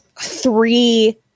three